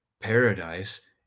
Paradise